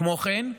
כמו כן,